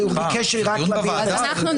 הוא ביקש ממני רק להעביר את אי